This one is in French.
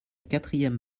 quatrième